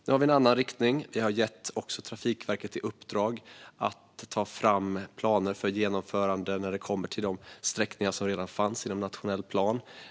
Nu har vi en annan inriktning, och vi har gett Trafikverket i uppdrag att ta fram planer för genomförande av de sträckningar som redan fanns i den nationella planen.